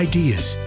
ideas